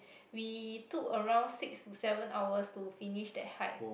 we took around six to seven hours to finish that hike